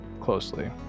closely